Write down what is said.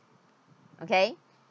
okay